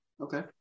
Okay